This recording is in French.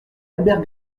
albert